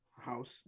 house